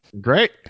great